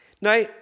Now